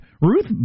Ruth